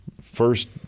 first